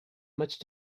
much